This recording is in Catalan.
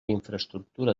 infraestructura